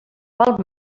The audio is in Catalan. pel